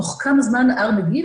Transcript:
תוך כמה זמן ה-R מגיב,